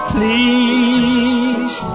Please